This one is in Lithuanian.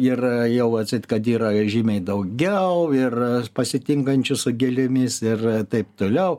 ir jau atseit kad yra žymiai daugiau ir pasitinkančių su gėlėmis ir taip toliau